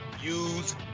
use